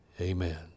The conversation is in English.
Amen